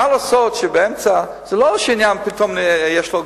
זה לא שיש לו פתאום גירעון.